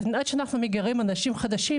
אז עד שאנחנו מגיירים אנשים חדשים,